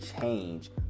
change